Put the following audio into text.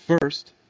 first